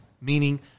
meaning